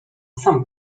sam